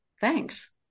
thanks